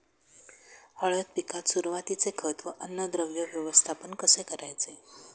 हळद पिकात सुरुवातीचे खत व अन्नद्रव्य व्यवस्थापन कसे करायचे?